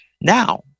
now